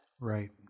Right